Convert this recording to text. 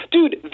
Dude